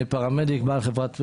אני פרמדיק ובעל חברת אמבולנסים,